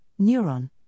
neuron